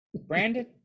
Brandon